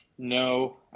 No